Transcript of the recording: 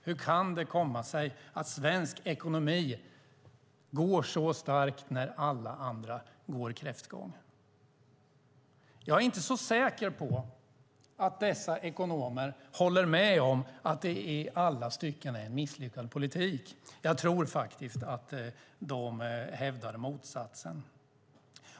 Hur kan det komma sig att svensk ekonomi går så starkt när alla andra går kräftgång? Jag är inte så säker på att dessa ekonomer håller med om att det i alla stycken är en misslyckad politik. Jag tror faktiskt att de hävdar motsatsen.